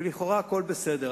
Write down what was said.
לכאורה הכול בסדר,